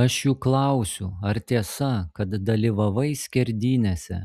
aš juk klausiu ar tiesa kad dalyvavai skerdynėse